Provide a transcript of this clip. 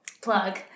Plug